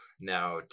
Now